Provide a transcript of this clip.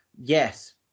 Yes